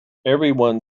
everyone